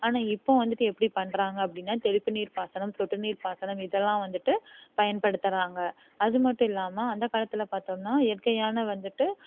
ஆனால் இப்போது வந்துட்டு எப்படி பண்ணுறாங்க அப்படின்னா தெளிப்பு நீர் பாசனம் சொட்டு நீர் பாசனம் இதெல்லாம் வந்துட்டு பயன்படுத்தறாங்க அது மட்டும் இல்லாமல் அந்தக் காலத்தில் பார்த்தோம்னா இயற்கையான வந்துட்டு